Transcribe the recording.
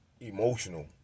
emotional